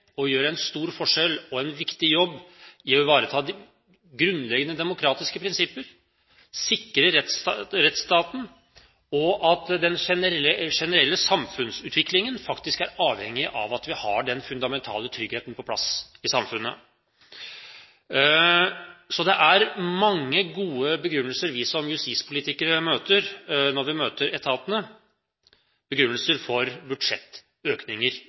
en stor forskjell og en viktig jobb med hensyn til å ivareta de grunnleggende demokratiske prinsipper og sikre rettsstaten, og de vet at den generelle samfunnsutviklingen faktisk er avhengig av at vi har den fundamentale tryggheten på plass i samfunnet. Så det er mange gode begrunnelser vi som justispolitikere møter når vi møter etatene, begrunnelser for budsjettøkninger